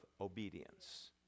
obedience